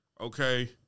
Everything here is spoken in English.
Okay